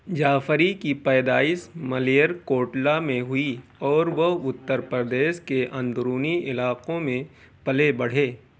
جعفری کی پیدائش مالیر کوٹلہ میں ہوئی اور وہ اتر پردیش کے اندرونی علاقوں میں پلے بڑھے